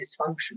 dysfunction